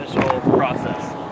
process